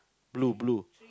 blue blue